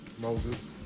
Moses